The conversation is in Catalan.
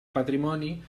patrimoni